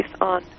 on